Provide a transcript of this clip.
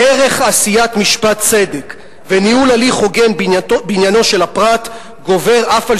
"ערך עשיית משפט צדק וניהול הליך הוגן בעניינו של הפרט גובר אף על